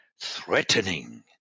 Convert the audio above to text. threatening